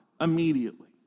Immediately